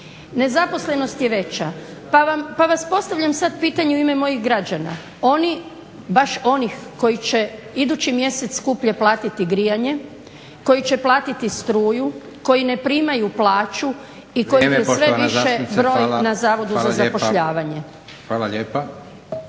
Nezaposlenost je veća, pa vam postavljam sad pitanje u ime mojih građana, oni baš onih koji će idući mjesec skuplje platiti grijanje, koji će platiti struju, koji ne primaju plaću i kojih je sve više broj na zavodu za zapošljavanje. **Leko,